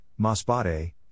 Masbate